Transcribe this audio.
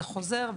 זה חוזר,